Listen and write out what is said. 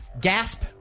Gasp